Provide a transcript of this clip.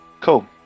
Cool